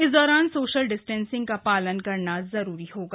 इस दौरान social distancing का पालन करना जरूरी होगा